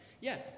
Yes